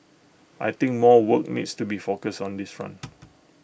I think more work needs to be focused on this front